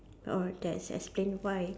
orh that's explain why